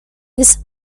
this